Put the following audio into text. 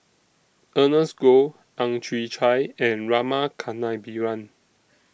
Ernest Goh Ang Chwee Chai and Rama Kannabiran